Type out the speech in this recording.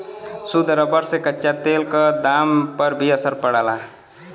शुद्ध रबर से कच्चा तेल क दाम पर भी असर पड़ला